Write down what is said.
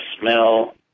smell